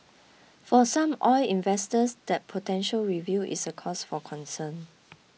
for some oil investors that potential review is a cause for concern